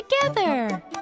together